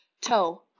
Toe